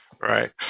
Right